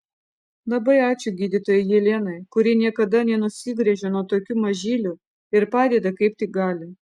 labai ačiū gydytojai jelenai kuri niekada nenusigręžia nuo tokių mažylių ir padeda kaip tik gali